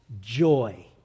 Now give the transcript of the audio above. joy